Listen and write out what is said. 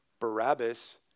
Barabbas